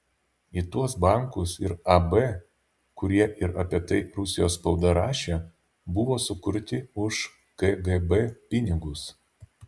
į tuos bankus ir ab kurie ir apie tai rusijos spauda rašė buvo sukurti už kgb pinigus